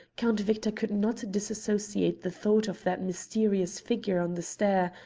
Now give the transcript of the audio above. count victor could not disassociate the thought of that mysterious figure on the stair,